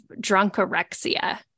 drunkorexia